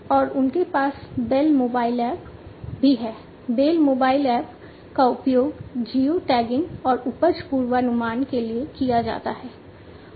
और उनके पास बेल मोबाइल ऐप और उपज पूर्वानुमान के लिए किया जाता है